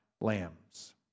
lambs